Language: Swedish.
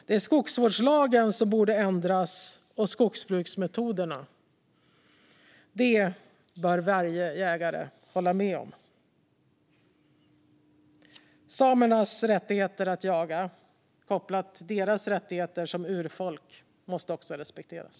Det är skogsvårdslagen och skogsbruksmetoderna som borde ändras. Det bör varje jägare hålla med om. Samernas rättigheter att jaga kopplat till deras rättigheter som urfolk måste också respekteras.